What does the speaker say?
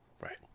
Right